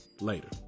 Later